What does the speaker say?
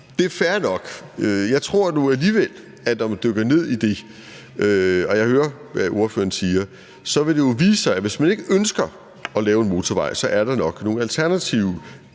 Det er fair nok. Jeg tror nu alligevel, at når man dykker ned i det – og jeg hører, hvad ordføreren siger – så vil det jo vise sig, at hvis man ikke ønsker at lave en motorvej, så er der nok nogle alternativer